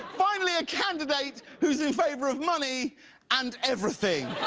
finally a candidate who is in favor of money and everything.